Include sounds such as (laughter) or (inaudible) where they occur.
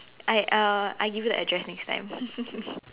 I uh I give you the address next time (laughs)